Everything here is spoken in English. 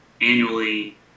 annually